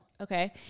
okay